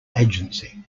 agency